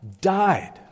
died